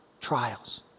trials